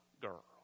girl